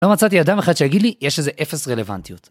לא מצאתי אדם אחד שיגיד לי יש לזה אפס רלוונטיות.